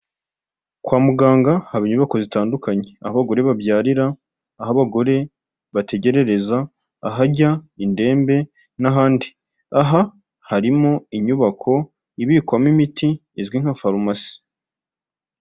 Kwa muganga haba inyubako zitandukanye, aho abagore babyarira, aho abagore bategerereza, ahajya indembe n'ahandi, aha harimo inyubako ibikwamo imiti izwi nka farumasi.